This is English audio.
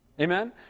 Amen